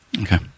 Okay